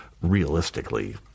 realistically